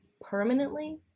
permanently